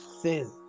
says